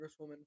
congresswoman